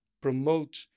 promote